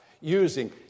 using